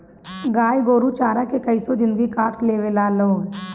गाय गोरु चारा के कइसो जिन्दगी काट लेवे ला लोग